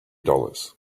dollars